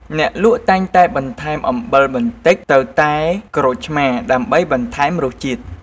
អ្នកលក់តែងតែបន្ថែមអំបិលបន្តិចទៅតែក្រូចឆ្មាដើម្បីបន្ថែមរសជាតិ។